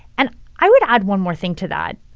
and i would add one more thing to that.